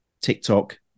TikTok